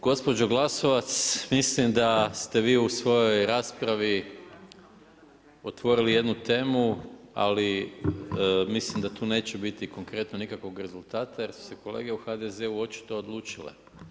Gospođo Glasovac, mislim da ste vi u svojoj raspravi otvorili jednu temu ali mislim da tu neće biti konkretno nikakvog rezultata jer su se kolege u HDZ-u očito odlučile.